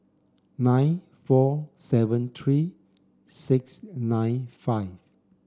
nine four seven three six nine five